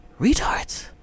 Retards